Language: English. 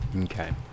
okay